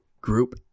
group